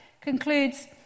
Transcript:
concludes